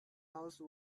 house